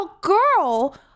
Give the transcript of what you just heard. girl